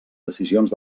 decisions